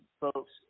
folks